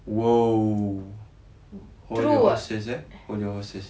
!whoa! hold your horses eh hold your horses